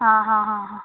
ആ ഹാ ഹാ ഹാ